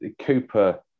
Cooper